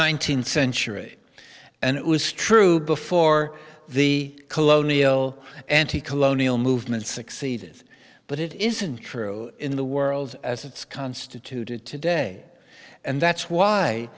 nineteenth century and it was true before the colonial anti colonial movement succeeded but it isn't true in the world as it's constituted today and that's why